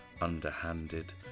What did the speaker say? underhanded